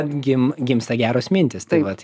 atgimti gimsta geros mintys tai vat